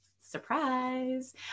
Surprise